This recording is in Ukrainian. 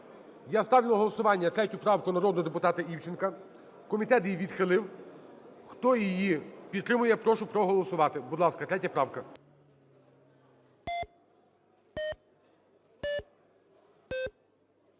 Я ставлю на голосування 3 правку народного депутата Івченка. Комітет її відхилив. Хто її підтримує, я прошу проголосувати. Будь ласка, 3 правка.